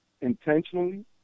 intentionally